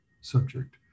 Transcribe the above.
subject